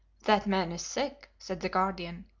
that man is sick, said the guardian,